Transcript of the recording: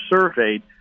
surveyed